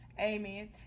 amen